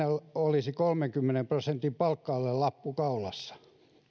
olisi ollut kolmenkymmenen prosentin palkka alelappu kaulassa